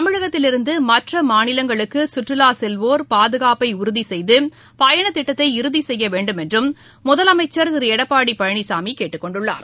தமிழகத்திலிருந்து மற்ற மாநிலங்களுக்கு சுற்றுலா செல்வோர் பாதுகாப்பை உறுதி செய்க இறுதி செய்ய வேண்டும் என்றும் முதலமைச்சர் திரு எடப்பாடி பழனிசாமி பயணத்திட்டத்தை கேட்டுக்கொண்டுள்ளார்